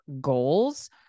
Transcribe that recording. goals